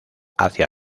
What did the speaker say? hacia